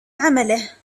عمله